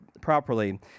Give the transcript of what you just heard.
properly